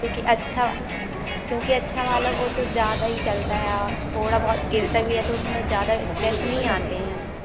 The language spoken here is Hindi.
क्योंकि अच्छा क्योंकि वाला वो तो ज़्यादा ही अच्छा चलता है थोड़ा बहुत गिरता भी है तो उसमें कुछ ज़्यादा स्क्रेच नहीं आते हैं